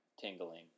tingling